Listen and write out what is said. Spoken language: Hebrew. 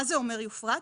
מה זה אומר יופרט?